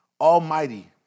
Almighty